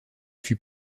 fut